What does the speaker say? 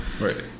Right